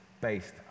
based